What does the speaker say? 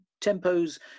tempos